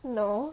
no